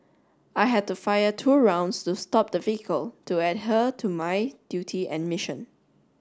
I had to fire two rounds to stop the vehicle to adhere to my duty and mission